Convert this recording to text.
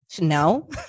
No